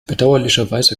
bedauerlicherweise